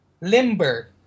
limber